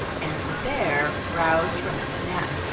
and the bear, roused from its nap,